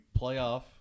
playoff